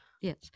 Yes